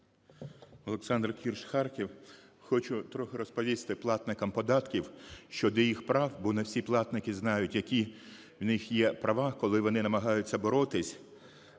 Олександр Кірш, Харків. Хочу трохи розповісти платникам податків щодо їх прав, бо не всі платники знають, які у них є права, коли вони намагаються боротися